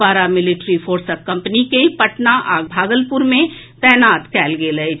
पारा मिलिट्री फोर्सक कम्पनी के पटना आ भागलपुर मे तैनात कयल गेल अछि